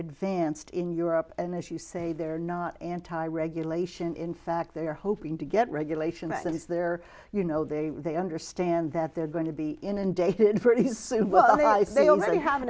advanced in europe and as you say they're not anti regulation in fact they're hoping to get regulation that is there you know they they understand that they're going to be inundated for well if they already have